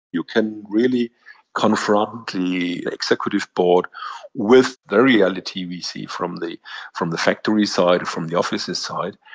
you can really confront the executive board with the reality we see from the from the factory side, from the officer's side.